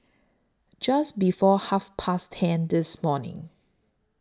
Just before Half Past ten This morning